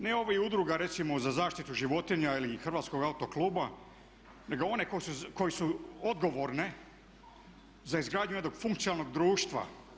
Ne ovih udruga recimo za zaštitu životinja ili Hrvatskog autokluba nego one koje su odgovorne za izgradnju jednog funkcionalnog društva.